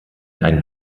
ein